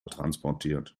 transportiert